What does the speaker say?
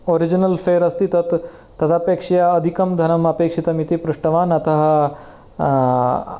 original fare अस्ति तत् तदेपक्षया अधिकं धनम् अपेक्षितमिति पृष्टवान् अतः